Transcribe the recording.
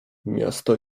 miasto